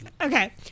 Okay